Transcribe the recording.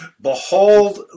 behold